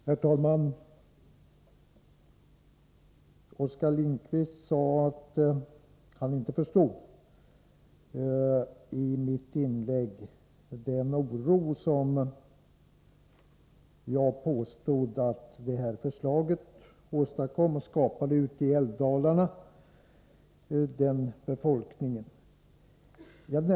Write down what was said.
Herr talman! Oskar Lindkvist sade att han inte förstod den oro som jag påstod att detta förslag skapade i älvdalarna, bland befolkningen där.